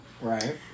Right